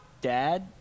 dad